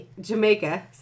Jamaica